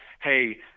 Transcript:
hey